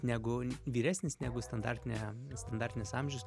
negu vyresnis negu standartinė standartinis amžius